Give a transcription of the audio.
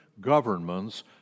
governments